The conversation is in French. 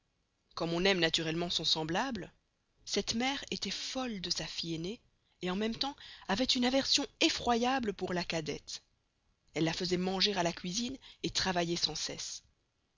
comme on aime naturellement son semblable cette mere estoit folle de sa fille aînée et en même temps avoit une aversion effroyable pour la cadette elle la faisoit manger à la cuisine et travailler sans cesse